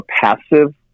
passive